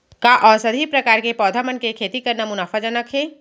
का औषधीय प्रकार के पौधा मन के खेती करना मुनाफाजनक हे?